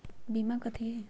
बीमा कथी है?